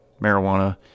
marijuana